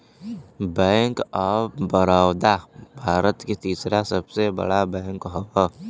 bank of Baroda Bharat के तीसरा सबसे बड़ा बैंक हौ